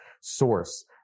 source